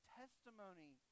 testimony